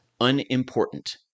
unimportant